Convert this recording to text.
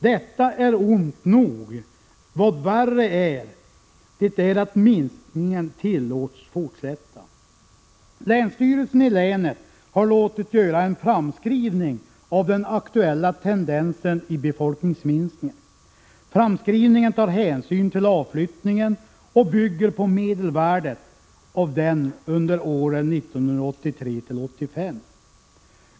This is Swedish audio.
Detta är ont nog, men värre är att minskningen tillåts fortsätta. Länsstyrelsen i länet har låtit göra en framskrivning av den aktuella tendensen i befolkningsminskningen. Framskrivningen tar hänsyn till avflyttningen och bygger på medelvärdet av denna under åren 1983—1985.